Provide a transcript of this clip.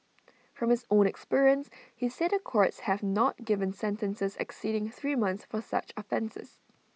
from his own experience he said the courts have not given sentences exceeding three months for such offences